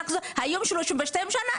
היום 32 שנה,